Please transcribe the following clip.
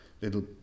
little